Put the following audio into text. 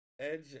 Edge